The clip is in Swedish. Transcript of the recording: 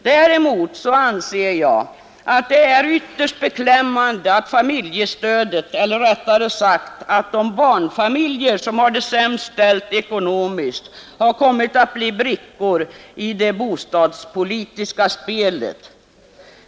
Däremot anser jag att det är ytterst beklämmande att de barnfamiljer som har det sämst ställt ekonomiskt har kommit att bli brickor i det bostadspolitiska spelet.